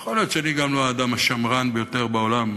יכול להיות שאני גם לא האדם השמרן ביותר בעולם,